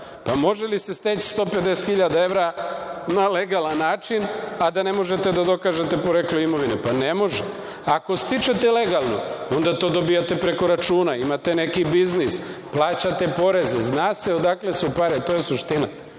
može li se steći 150 hiljada evra na legalan način, a da ne možete da dokažete poreklo imovine? Pa, ne može. Ako stičete legalno, onda to dobijate preko računa, imate neki biznis, plaćate poreze, zna se odakle su pare. To je suština. Vi